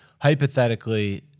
hypothetically